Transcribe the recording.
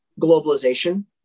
globalization